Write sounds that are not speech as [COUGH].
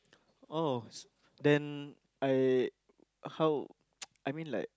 oh then I how [NOISE] I mean like